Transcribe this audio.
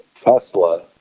Tesla